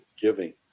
giving